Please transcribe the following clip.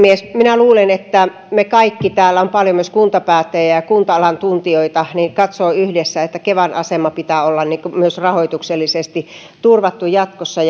minä luulen että me kaikki täällä on paljon myös kuntapäättäjiä ja ja kunta alan tuntijoita katsomme yhdessä että kevan aseman pitää olla myös rahoituksellisesti turvattu jatkossa